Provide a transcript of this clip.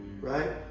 right